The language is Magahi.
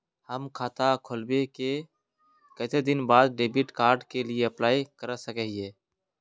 हम खाता खोलबे के कते दिन बाद डेबिड कार्ड के लिए अप्लाई कर सके हिये?